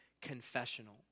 confessional